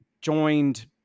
joined